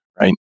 right